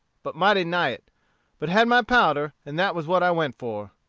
but mighty nigh it but had my powder, and that was what i went for.